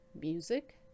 music